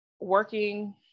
working